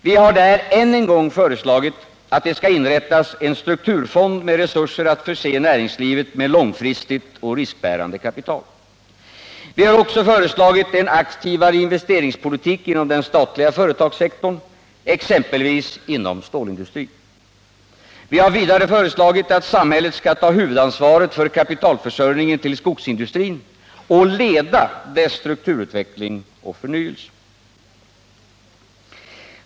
Vi har där än en gång föreslagit att det skall inrättas en strukturfond med resurser att förse näringslivet med långfristigt och riskbärande kapital. Vi har också föreslagit en aktivare investeringspolitik inom den statliga företagssektorn, exempelvis inom stålindustrin. Vi har vidare föreslagit att samhället skall ta huvudansvaret för kapitalförsörjningen tiil skogsindustrin och leda dess strukturutveckling och förnyelse.